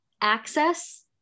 access